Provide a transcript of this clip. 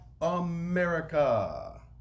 America